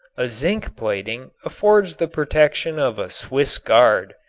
a zinc plating affords the protection of a swiss guard,